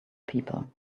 people